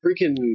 freaking